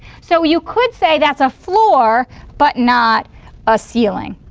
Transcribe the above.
so you could say, that's a floor but not a ceiling.